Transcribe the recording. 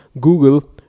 Google